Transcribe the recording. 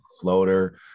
floater